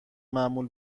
معمول